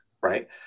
right